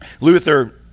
Luther